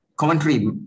commentary